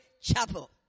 chapel